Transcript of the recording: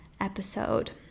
episode